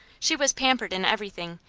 she was pampered in everything,